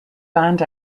band